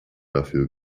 dafür